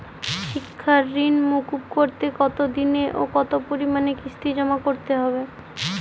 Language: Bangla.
শিক্ষার ঋণ মুকুব করতে কতোদিনে ও কতো পরিমাণে কিস্তি জমা করতে হবে?